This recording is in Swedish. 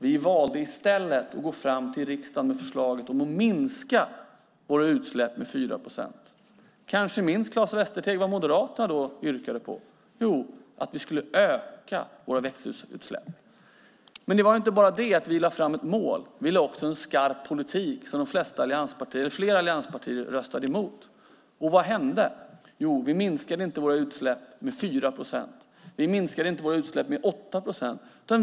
Vi valde i stället att gå till riksdagen med förslag om att minska våra utsläpp med 4 procent. Kanske Claes Västerteg minns vad Moderaterna då yrkade på? Jo, att vi skulle öka våra växthusgasutsläpp. Men det var inte bara detta att vi lade fram ett mål. Vi lade också fast en skarp politik som flera allianspartier röstade emot. Vad hände? Jo, vi minskade våra utsläpp, men inte med 4 procent och inte med 8 procent.